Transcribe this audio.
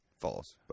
false